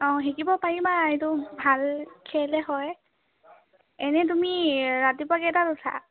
অ শিকিব পাৰিবা এইটো ভাল খেলেই হয় এনে তুমি ৰাতিপুৱা কেইটাত উঠা